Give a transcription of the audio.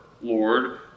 Lord